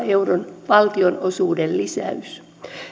euron valtionosuuden lisäys